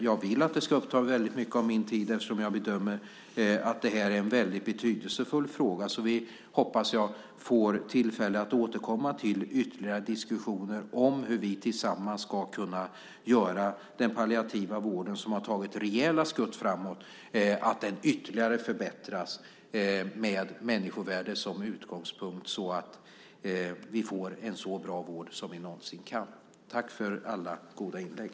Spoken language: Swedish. Jag vill att det ska uppta mycket av min tid, eftersom jag bedömer att det här är en väldigt betydelsefull fråga. Jag hoppas att vi får tillfälle att återkomma i ytterligare diskussioner om hur vi tillsammans ska kunna se till att den palliativa vården, som har tagit rejäla skutt framåt, ytterligare förbättras med människovärde som utgångspunkt så att vi får en så bra vård som vi någonsin kan. Tack för alla goda inlägg!